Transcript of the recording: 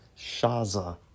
Shaza